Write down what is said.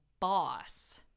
Boss